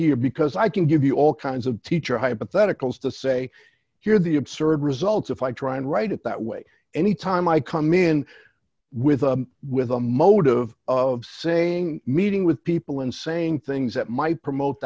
here because i can give you all kinds of teacher hypotheticals to say here the absurd results if i try and write it that way any time i come in with with a motive of saying meeting with people and saying things that might promote